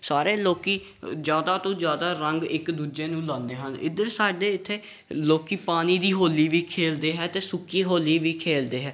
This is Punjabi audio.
ਸਾਰੇ ਲੋਕ ਜ਼ਿਆਦਾ ਤੋਂ ਜ਼ਿਆਦਾ ਰੰਗ ਇੱਕ ਦੂਜੇ ਨੂੰ ਲਾਉਂਦੇ ਹਨ ਇੱਧਰ ਸਾਡੇ ਇੱਥੇ ਲੋਕ ਪਾਣੀ ਦੀ ਹੋਲੀ ਵੀ ਖੇਡਦੇ ਹੈ ਅਤੇ ਸੁੱਕੀ ਹੋਲੀ ਵੀ ਖੇਡਦੇ ਹੈ